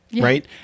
Right